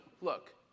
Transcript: look